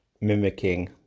Mimicking